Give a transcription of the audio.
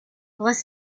ross